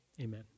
amen